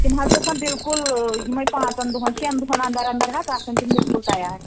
تِم حظ گژھن بِلکُل یِمَے پانژَن دۄَن شٮ۪ن دۄہَن انٛدر انٛدر حظ آسَن تِم بِلکُل تیار